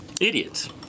idiots